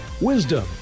Wisdom